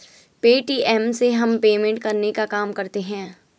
Paytm से हम payment करने का काम करते है